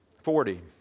Forty